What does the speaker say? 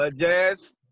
jazz